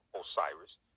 Osiris